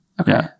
Okay